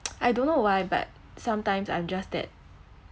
I don't know why but sometimes I'm just that